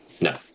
no